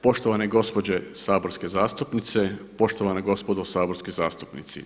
Poštovane gospođe saborske zastupnice, poštovana gospodo saborski zastupnici.